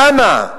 למה?